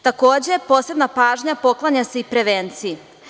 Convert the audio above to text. Takođe, posebna pažnja poklanja se i prevenciji.